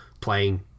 playing